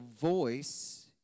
voice